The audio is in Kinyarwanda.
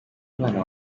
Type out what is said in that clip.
umwana